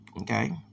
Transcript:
okay